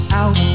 out